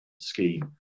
scheme